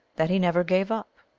that he never gave up.